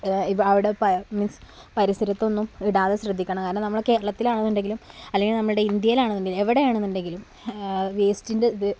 അവിടെ മീൻസ് പരിസരത്തൊന്നും ഇടാതെ ശ്രദ്ധിക്കണം കാരണം നമ്മളെ കേരളത്തിലാണെന്ന് ഉണ്ടെങ്കിലും അല്ലെങ്കിൽ നമ്മളുടെ ഇന്ത്യയിൽ ആണെന്നുണ്ടെങ്കിലും എവിടെ ആണെന്നുണ്ടെങ്കിലും വേസ്റ്റിൻ്റെ ഇത്